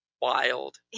wild